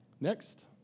Next